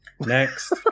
Next